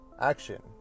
action